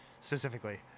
specifically